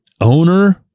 owner